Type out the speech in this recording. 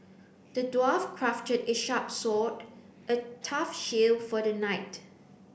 the dwarf crafted a sharp sword a tough shield for the knight